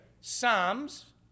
Psalms